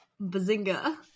Bazinga